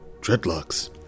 dreadlocks